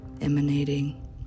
emanating